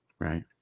Right